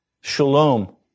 shalom